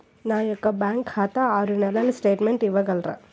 నా యొక్క బ్యాంకు ఖాతా ఆరు నెలల స్టేట్మెంట్ ఇవ్వగలరా?